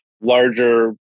larger